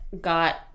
got